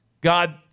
God